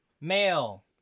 male